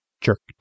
jerked